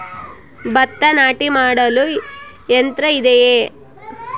ಭತ್ತ ನಾಟಿ ಮಾಡಲು ಯಂತ್ರ ಇದೆಯೇ?